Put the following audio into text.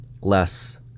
Less